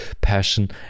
passion